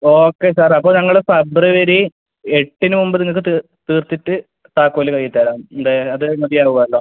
okay sir അപ്പോൾ ഞങ്ങൾ February എട്ടിന് മുമ്പ് നിങ്ങൾക്ക് തീർത്തിട്ട് താക്കോൽ കൈയ്യിൽ തരാം എന്തേ അത് മതി ആവുമല്ലോ